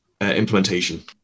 implementation